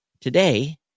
Today